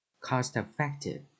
Cost-effective